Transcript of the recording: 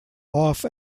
off